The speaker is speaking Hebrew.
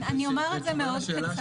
כן, אני אומר את זה מאוד קצר.